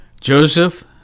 Joseph